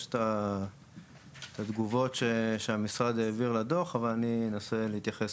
יש את התגובות שהמשרד העביר לדוח אבל אני אנסה להתייחס